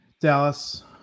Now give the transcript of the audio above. Dallas